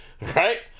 Right